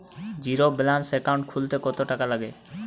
Zero balance account খুলতে কত টাকা লাগে?